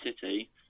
City